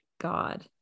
God